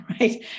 right